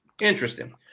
Interesting